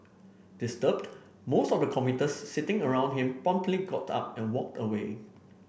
disturbed most of the commuters sitting around him promptly got up and walked away